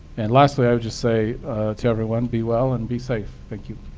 and lastly, i would just say to everyone be well and be safe. thank you.